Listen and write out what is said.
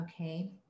okay